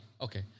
Okay